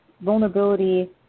Vulnerability